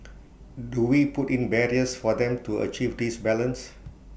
do we put in barriers for them to achieve this balance